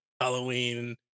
Halloween